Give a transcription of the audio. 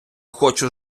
хочу